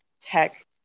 tech